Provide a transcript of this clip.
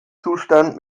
zustand